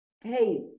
hey